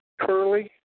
Curly